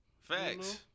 Facts